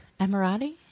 Emirati